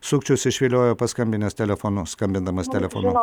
sukčius išviliojo paskambinęs telefonu skambindamas telefonu